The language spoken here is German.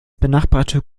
benachbarte